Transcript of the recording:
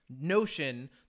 notion